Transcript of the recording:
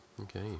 okay